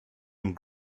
and